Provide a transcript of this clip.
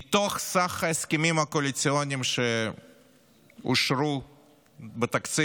מתוך סך ההסכמים הקואליציוניים שאושרו בתקציב,